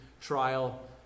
trial